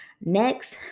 Next